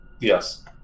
Yes